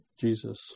Jesus